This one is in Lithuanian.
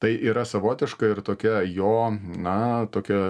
tai yra savotiška ir tokia jo na tokia